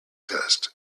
tests